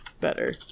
better